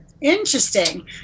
Interesting